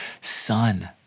Son